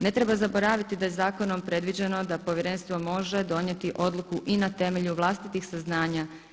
Ne treba zaboraviti da je zakonom predviđeno da Povjerenstvo može donijeti odluku i na temelju vlastitih saznanja.